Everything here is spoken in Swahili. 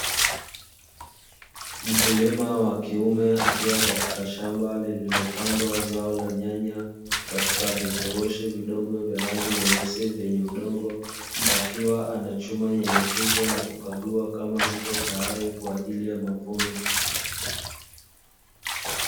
Mkulima wa kiume akiwa katika shamba lililopandwa zao la nyanya katika vifurushi vidogo vya rangi nyeusi vyenye udongo, akiwa anachuma nyanya hizo na kukagua kama zipo tayari kwa ajili ya mavuno.